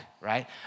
right